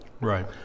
Right